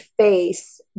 face